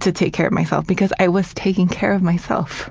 to take care of myself because i was taking care of myself.